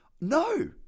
no